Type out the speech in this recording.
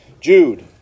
Jude